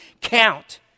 count